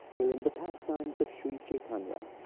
hearing the pastimes of shri chaitanya.